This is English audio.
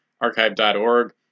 archive.org